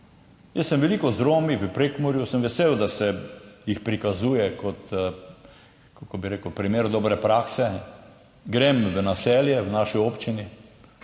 Jaz sem veliko z Romi v Prekmurju, sem vesel, da se jih prikazuje kot, kako bi rekel, primer dobre prakse. Grem v naselje v naši občini,